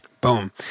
Boom